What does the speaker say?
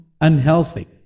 unhealthy